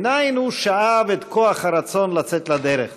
מניין הוא שאב את כוח הרצון לצאת לדרך?